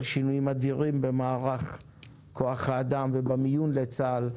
שינויים אדירים במערך כח האדם ובמיון לצה"ל,